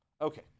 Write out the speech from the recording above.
Okay